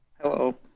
Hello